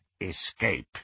escape